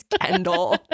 Kendall